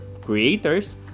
creators